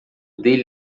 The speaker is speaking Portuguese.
dele